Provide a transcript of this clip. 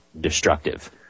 destructive